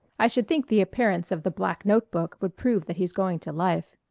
i should think the appearance of the black note-book would prove that he's going to life.